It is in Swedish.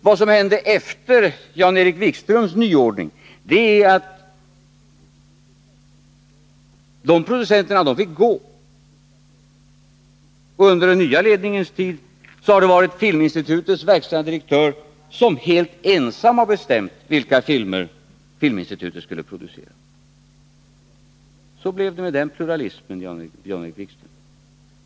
Vad som hänt efter Jan-Erik Wikströms nyordning är att producenterna fått gå och att under den nya ledningens tid det varit Filminstitutets verkställande direktör som helt ensam bestämt vilka filmer Filminstitutet skulle producera. Så blev det med den pluralismen, Jan-Erik Wikström.